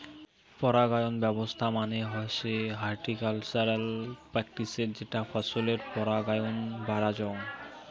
পরাগায়ন ব্যবছস্থা মানে হসে হর্টিকালচারাল প্র্যাকটিসের যেটা ফছলের পরাগায়ন বাড়াযঙ